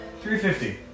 350